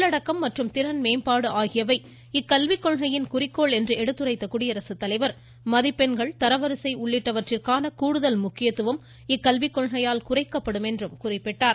உள்ளடக்கம் மற்றும் திறன் மேம்பாடு ஆகியவை இக்கல்வி கொள்கையின் குறிக்கோள் என்று எடுத்துரைத்த குடியரசுத்தலைவர் மதிப்பெண்கள் தரவரிசை உள்ளிட்டவற்றிற்கான கூடுதல் முக்கியத்துவம் கல்விக் கொள்கையால் குறைக்கப்படும் என்றும் குறிப்பிட்டார்